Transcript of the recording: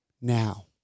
Now